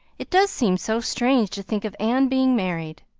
it does seem so strange to think of anne being married.